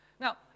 Now